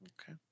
Okay